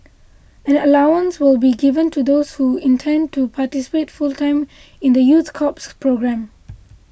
an allowance will be given to those who intend to participate full time in the youth corps programme